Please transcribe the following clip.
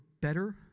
better